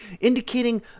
indicating